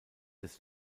des